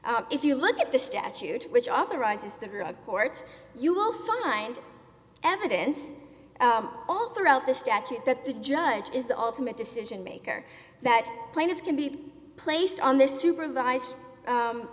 s if you look at the statute which authorizes the courts you will find evidence all throughout the statute that the judge is the ultimate decision maker that plane is can be placed on this supervis